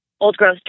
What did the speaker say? old-growth